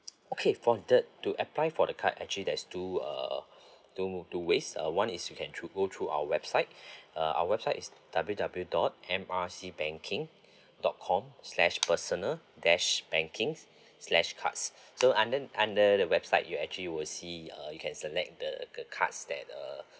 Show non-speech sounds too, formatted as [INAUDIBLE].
okay for the to apply for the card actually there's two uh two move two ways uh one is you can through go through our website [BREATH] uh our website is W W dot M R C banking dot com slash personal dash banking slash cards so under under the website you actually will see uh you can select the the cards that uh